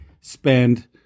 spend